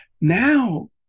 Now